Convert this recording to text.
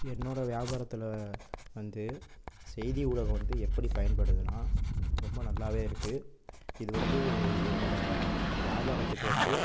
என்னோடய வியாபாரத்தில் வந்து செய்தி ஊடகம் வந்து எப்படி பயன்படுதுன்னால் ரொம்ப நல்லாவே இருக்குது இது வந்து என்னோடய வியாபாரத்துக்கு வந்து